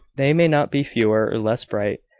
they may not be fewer, or less bright,